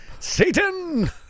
satan